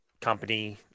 company